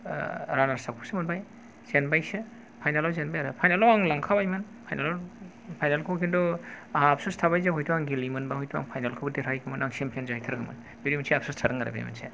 runners आप खौसो मोनबाय जेनबायसो फाइनेल आव जेनबाय आरो फाइनेल आव आं लांखाबायमोन फाइनेल खौ खिन्थु आंहा आपस'स थाबाय जे हयथ' आं गेलेयोमोनबा हयथ' आं फाइनेल खौबो देरहाहैगौमोन आं सेम्पियन जाहैथारगौमोन बिदि मोनसे आफस'स थादों आरो बे मोनसे